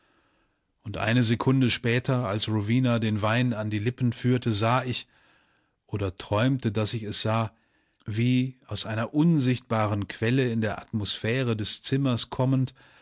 und eine sekunde später als rowena den wein an die lippen führte sah ich oder träumte daß ich es sah wie aus einer unsichtbaren quelle in der atmosphäre des zimmers kommend